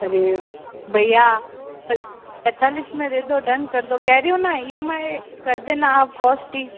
अरे भैया पैंतालिस में दे दो डन कर दो कह रही हूँ ना ई एम आई कर देना आप कोस्टी